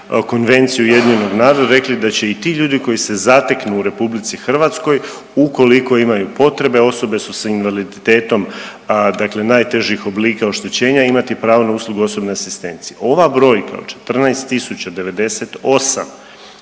Konvenciju UN-a rekli da će i ti ljudi koji se zateknu u RH ukoliko imaju potrebe, osobe su s invaliditetom dakle najtežih oblika oštećenja imati pravo na uslugu osobne asistencije. Ova brojka od 14